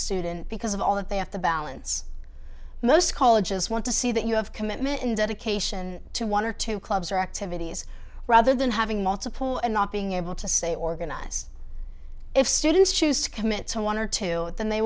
student because of all that they have to balance most colleges want to see that you have commitment and dedication to one or two clubs or activities rather than having multiple and not being able to stay organized if students choose to commit to one or two then they